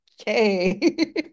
okay